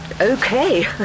okay